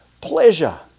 pleasure